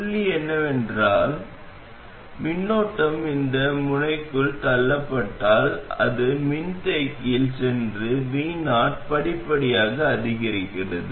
புள்ளி என்னவென்றால் மின்னோட்டம் இந்த முனைக்குள் தள்ளப்பட்டால் அது மின்தேக்கியில் சென்று vo படிப்படியாக அதிகரிக்கிறது